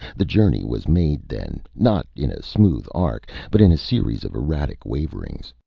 the journey was made, then, not in a smooth arc, but in a series of erratic waverings.